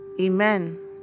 amen